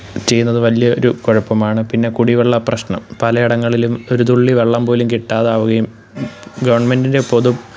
ചെയ്യുന്നത് വലിയ ഒരു കുഴപ്പമാണ് പിന്നെ കുടിവെള്ള പ്രശ്നം പല ഇടങ്ങളിലും ഒരു തുള്ളി വെള്ളം പോലും കിട്ടാതാവുകയും ഗവണ്മെന്റിന്റെ പൊതു